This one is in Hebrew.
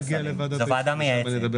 היא ועדה מייעצת.